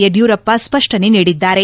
ಯಡಿಯೂರಪ್ಪ ಸ್ಪಷ್ಟನೆ ನೀಡಿದ್ದಾರೆ